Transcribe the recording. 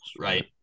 Right